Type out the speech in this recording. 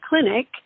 clinic